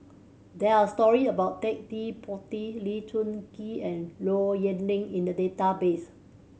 there are story about Ted De Ponti Lee Choon Kee and Low Yen Ling in the database